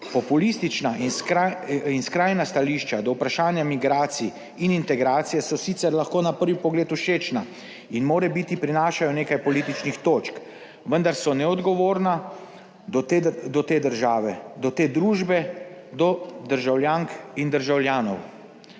Populistična in skrajna stališča do vprašanja migracij in integracije so sicer lahko na prvi pogled všečna in morebiti prinašajo nekaj političnih točk, vendar so neodgovorna do te države, do te družbe, do državljank in državljanov.